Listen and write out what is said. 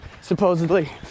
supposedly